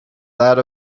that